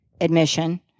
admission